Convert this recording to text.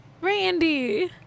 Randy